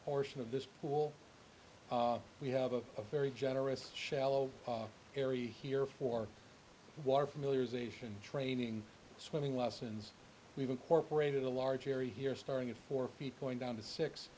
portion of this pool we have a very generous shallow area here for water familiarization training swimming lessons we've incorporated a large area here starting at four feet going down to six